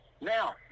Now